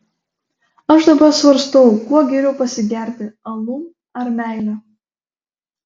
aš dabar svarstau kuo geriau pasigerti alum ar meile